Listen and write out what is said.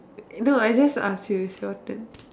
no I just ask you is your turn